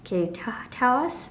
okay tell tell us